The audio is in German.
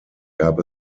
gab